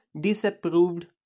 disapproved